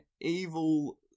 evil